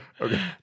Okay